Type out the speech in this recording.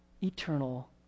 eternal